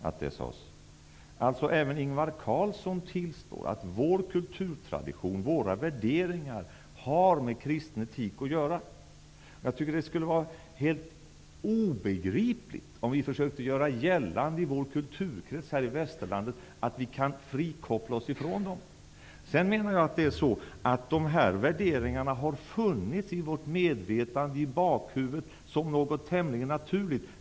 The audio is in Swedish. Alltså tillstår även Ingvar Carlsson att vår kulturella tradition och våra värderingar har med kristen etik att göra. Det skulle vara helt obegripligt om vi försökte göra gällande i våra kulturkretsar i västerlandet att vi kan frikoppla oss från den. Dessa värderingar har funnits i vårt medvetande, i bakhuvudet, som någonting tämligen naturligt.